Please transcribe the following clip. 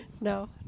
No